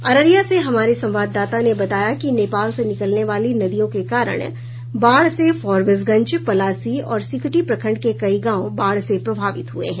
अररिया से हमारे संवाददाता ने बताया कि नेपाल से निकलने वाली नदियों के कारण बाढ़ से फारबिसगंज पलासी और सिकटी प्रखंड के कई गांव बाढ़ से प्रभावित हुए हैं